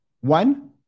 One